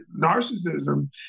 narcissism